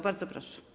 Bardzo proszę.